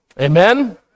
Amen